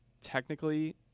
technically